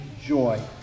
joy